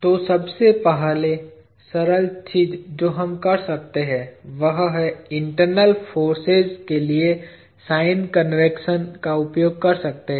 तो सबसे सरल चीज जो हम कर सकते हैं वह है इंटरनल फोर्सेज के लिए साइन कन्वेंशन का उपयोग कर सकते है